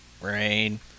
rain